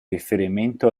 riferimento